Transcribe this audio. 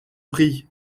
prie